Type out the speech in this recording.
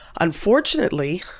Unfortunately